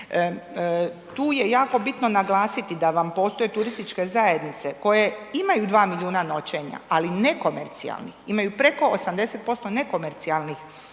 Tu je jako bitno naglasiti da vam postoje turističke zajednice koje imaju 2 milijuna noćenja ali nekomercijalnih, imaju preko 80% nekomercijalnih